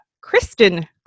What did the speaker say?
Kristen